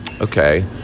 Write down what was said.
okay